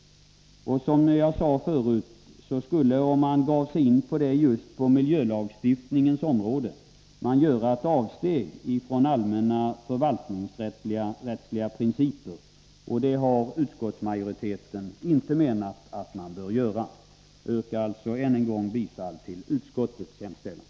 Att frångå detta just på miljölagstiftningens område vore att göra ett avsteg från allmänna förvaltningsrättsliga principer, och det har utskottsmajoriteten inte menat att man bör göra. Jag yrkar alltså än en gång bifall till utskottets hemställan.